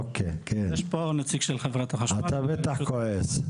אוקי כן אתה בטח כועס,